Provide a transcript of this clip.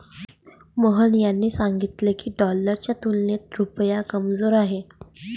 मोहन यांनी सांगितले की, डॉलरच्या तुलनेत रुपया कमजोर आहे